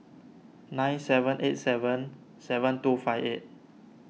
nine seven eight seven seven two five eight